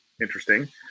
interesting